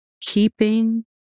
keeping